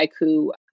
haiku